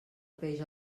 peix